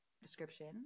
Description